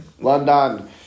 London